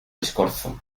escorzo